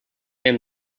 and